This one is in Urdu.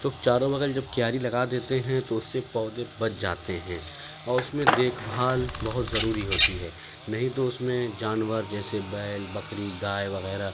تو چاروں بغل جب کیاری لگا دیتے ہیں تو اس سے پودے بچ جاتے ہیں اور اس میں دیکھ بھال بہت ضروری ہوتی ہے نہیں تو اس میں جانور جیسے بیل بکری گائے وغیرہ